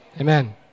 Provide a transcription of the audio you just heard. amen